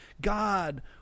God